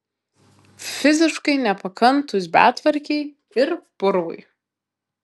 fiziškai nepakantūs betvarkei ir purvui